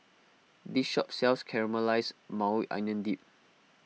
this shop sells Caramelized Maui Onion Dip